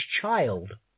child